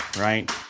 Right